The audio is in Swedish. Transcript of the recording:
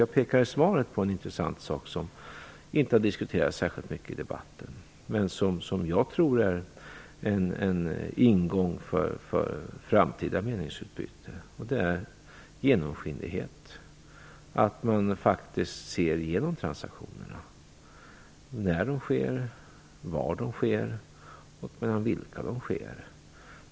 Jag pekar i svaret på en intressant sak som inte har diskuterats särskilt mycket i debatten men som jag tror är en ingång för framtida meningsutbyte, och det är genomskinlighet, att man faktiskt ser igenom transaktionerna - när de sker, var de sker och mellan vilka de sker.